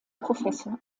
professor